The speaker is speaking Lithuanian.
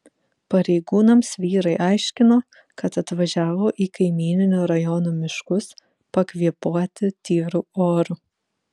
pareigūnams vyrai aiškino kad atvažiavo į kaimyninio rajono miškus pakvėpuoti tyru oru